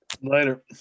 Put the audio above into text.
Later